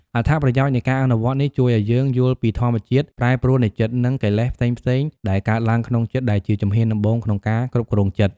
អត្ថប្រយោជន៍នៃការអនុវត្តន៍នេះជួយឲ្យយើងយល់ពីធម្មជាតិប្រែប្រួលនៃចិត្ត និងកិលេសផ្សេងៗដែលកើតឡើងក្នុងចិត្ត ដែលជាជំហានដំបូងក្នុងការគ្រប់គ្រងចិត្ត។